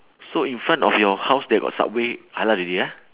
so in front of your house there got subway halal already ah